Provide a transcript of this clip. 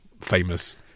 famous